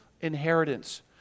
inheritance